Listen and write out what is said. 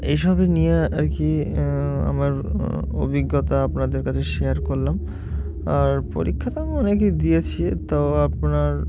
এই সবই নিয়ে আর কি আমার অভিজ্ঞতা আপনাদের কাছে শেয়ার করলাম আর পরীক্ষা তো আমি অনেকেই দিয়েছি তো আপনার